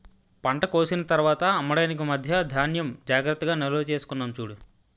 పంట కోసిన తర్వాత అమ్మడానికి మధ్యా ధాన్యం జాగ్రత్తగా నిల్వచేసుకున్నాం చూడు